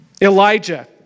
Elijah